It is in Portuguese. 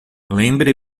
lembre